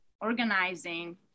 organizing